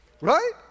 Right